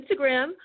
Instagram